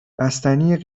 بستنی